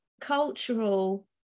cultural